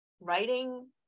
writing